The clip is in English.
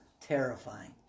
terrifying